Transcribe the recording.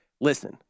listen